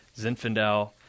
Zinfandel